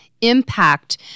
impact